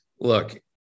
Look